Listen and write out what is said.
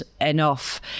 enough